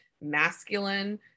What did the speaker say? masculine